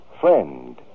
Friend